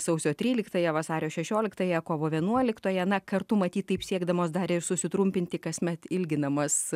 sausio tryliktąją vasario šešioliktąją kovo vienuoliktąją na kartu matyt taip siekdamos dar ir susitrumpinti kasmet ilginamas